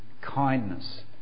kindness